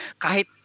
kahit